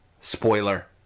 spoiler